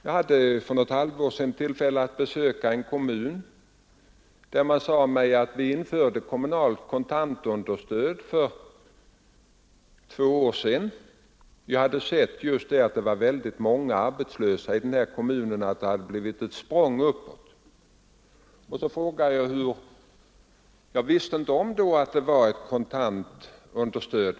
Jag hade för något halvår sedan tillfälle att besöka en kommun, där man sade mig att man hade infört kommunalt kontantunderstöd för två år sedan. Jag hade sett att det blivit ett språng uppåt i antalet arbetslösa inom kommunen. Jag visste då inte om att man hade infört ett kontantunderstöd.